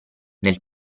nel